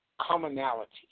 commonality